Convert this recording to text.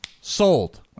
Sold